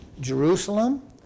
Jerusalem